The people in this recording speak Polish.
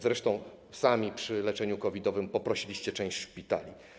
Zresztą sami przy leczeniu COVID-owym poprosiliście część szpitali.